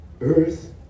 earth